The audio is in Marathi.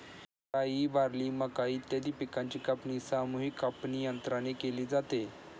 राई, बार्ली, मका इत्यादी पिकांची कापणी सामूहिक कापणीयंत्राने केली जाते